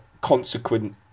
consequent